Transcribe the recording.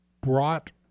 brought